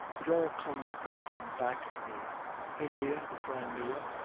it all comes crowding back to me india, the crimea,